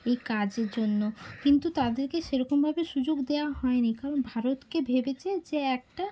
এই কাজের জন্য কিন্তু তাদেরকে সেরকমভাবে সুযোগ দেওয়া হয়নি কারণ ভারতকে ভেবেছে যে একটা